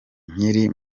nkiri